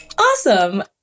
Awesome